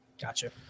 gotcha